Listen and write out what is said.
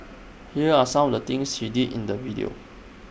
here are some of the things she did in the video